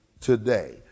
today